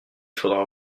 faudra